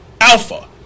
Alpha